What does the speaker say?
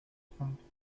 trente